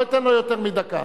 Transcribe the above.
לא אתן לו יותר מדקה.